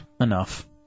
Enough